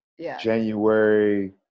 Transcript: January